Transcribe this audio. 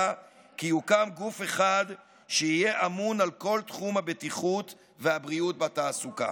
כי יוקם גוף אחד שיהיה אמון על כל תחום הבטיחות והבריאות בתעסוקה.